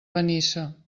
benissa